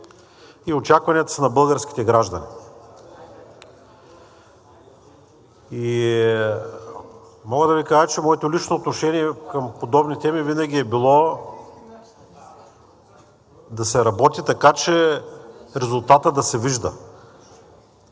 Очакванията са на българските граждани. Мога да Ви кажа, че моето лично отношение към подобни теми винаги е било да се работи така, че резултатът да се вижда,